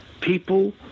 people